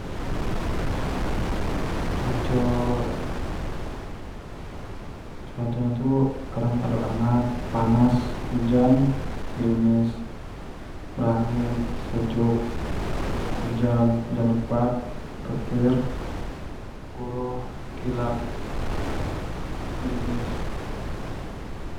cuaco cuaco nyo tu kadang ado angat, panas, ujan, gerimis, berangin, sejuk, hujan, hujan lebat, petir, guruh, kilat, gerimis.